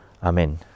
Amen